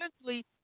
essentially